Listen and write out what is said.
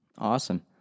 Awesome